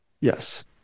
Yes